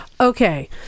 Okay